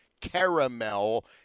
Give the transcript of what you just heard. caramel